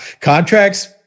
Contracts